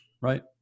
right